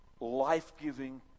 life-giving